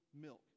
milk